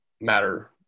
matter